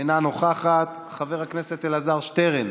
אינה נוכחת, חבר הכנסת אלעזר שטרן,